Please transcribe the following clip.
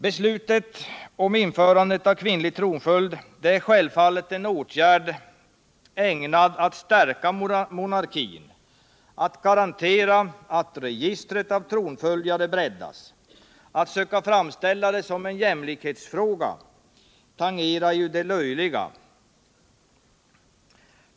Beslutet om införande av kvinnlig tronföljd är självfallet en åtgärd ägnad att stärka monarkin, att garantera att registret av tronföljare breddas. Att söka framställa det som en jämlikhetsfråga tangerar ju det löjliga.